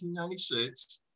1996